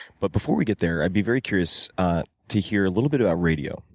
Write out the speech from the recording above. but before we get there, i'd be very curious to hear a little bit about radio.